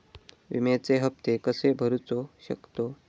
विम्याचे हप्ते कसे भरूचो शकतो?